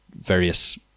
various